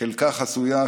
חלקה חסויה,